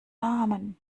namen